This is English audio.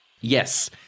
Yes